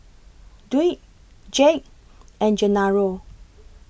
Dwight Jake and Genaro